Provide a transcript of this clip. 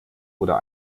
oder